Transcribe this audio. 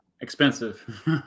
expensive